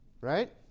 right